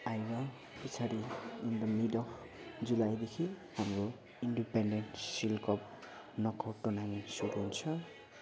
आएर पछाडि in the mid of जुलाईदेखि हाम्रो independent shield cup knock out tournament सुरु हुन्छ